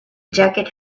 jacket